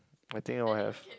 I think I'll have